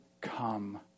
come